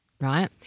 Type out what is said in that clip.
right